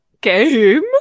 Game